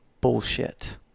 bullshit